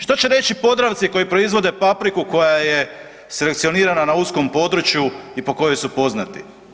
Što će reći Podravci koji proizvode papriku koja je selekcionirana na uskom području i po kojoj su poznati?